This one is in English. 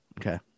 Okay